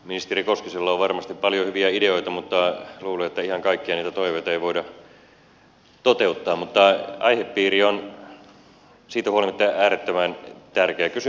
ministeri koskisella on varmasti paljon hyviä ideoita mutta luulen että ihan kaikkia niitä toiveita ei voida toteuttaa mutta aihepiiri on siitä huolimatta äärettömän tärkeä